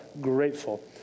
grateful